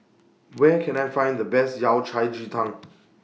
Where Can I Find The Best Yao Cai Ji Tang